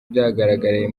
byagaragaye